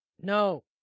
No